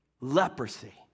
Leprosy